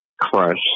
crush